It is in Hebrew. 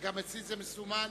גם אצלי זה מסומן